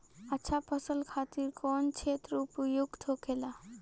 अच्छा फसल खातिर कौन क्षेत्र उपयुक्त होखेला?